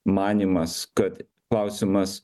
manymas kad klausimas